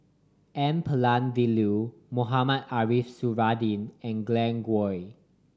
N Palanivelu Mohamed Ariff Suradi and Glen Goei